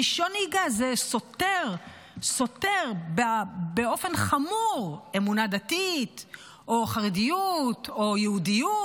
רישיון נהיגה זה סותר באופן חמור אמונה דתית או חרדיות או יהודיות.